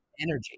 energy